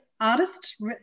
artist